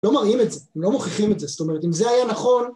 לא מראים את זה, לא מוכיחים את זה, זאת אומרת אם זה היה נכון